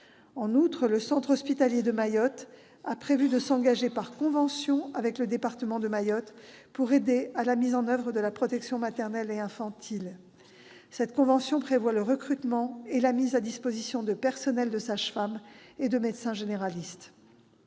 En outre, le centre hospitalier de Mayotte a prévu de s'engager par convention avec le département de Mayotte pour aider à la mise en oeuvre de la protection maternelle et infantile. Cette convention vise le recrutement et la mise à disposition de personnels de sages-femmes et de médecins généralistes.